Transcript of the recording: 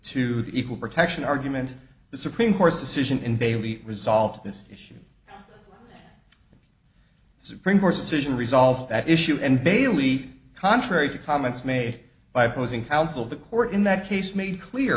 the equal protection argument the supreme court's decision in bailey resolved this issue supreme court's decision resolve that issue and bailey contrary to comments made by opposing counsel the court in that case made clear